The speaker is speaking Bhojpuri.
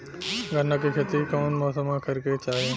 गन्ना के खेती कौना मौसम में करेके चाही?